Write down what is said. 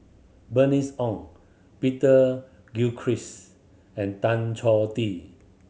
Bernice Ong Peter Gilchrist and Tan Choh Tee